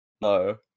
No